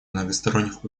многосторонних